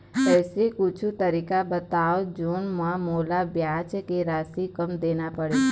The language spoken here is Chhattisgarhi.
ऐसे कुछू तरीका बताव जोन म मोला ब्याज के राशि कम देना पड़े?